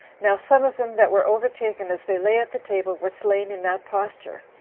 now some of them that were overtaken as they lay at the table were slain in that posture,